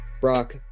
Brock